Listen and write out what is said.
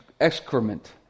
excrement